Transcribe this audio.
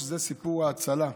שזה סיפור ההצלה,